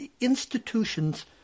institutions